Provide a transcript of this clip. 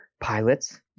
pilots